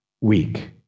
weak